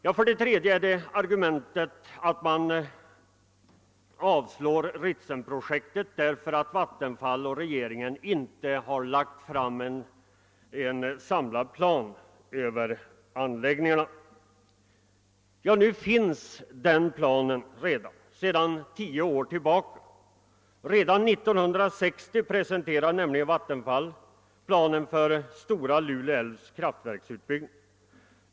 Reservanternas tredje argument för avslag på Ritsemprojektet är att Vattenfall och regeringen inte har lagt fram en samlad plan över anläggningarna. Denna plan finns emellertid — sedan tio år tillbaka. Redan år 1960 presenterade nämligen Vattenfall planen för Stora Lule älvs kraftverksutbyggnader.